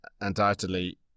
undoubtedly